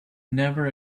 never